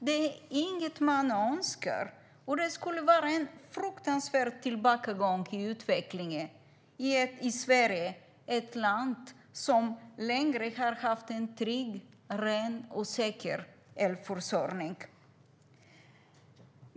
Det är inget man önskar, och det skulle vara en fruktansvärd tillbakagång i utvecklingen i Sverige, ett land som länge har haft en trygg, ren och säker elförsörjning.